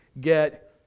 get